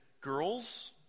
Girls